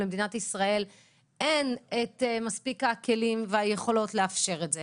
למדינת ישראל אין מספיק כלים ויכולות לאפשר את זה.